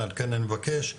על כן אני מבקש לבדוק,